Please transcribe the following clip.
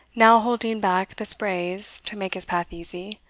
now holding back the sprays to make his path easy,